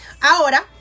ahora